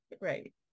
right